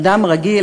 אדם רגיל,